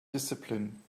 discipline